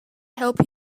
help